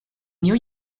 new